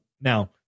Now